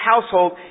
household